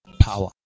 power